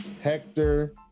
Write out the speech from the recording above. Hector